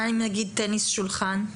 מה עם טניס שולחן?